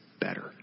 better